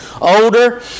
older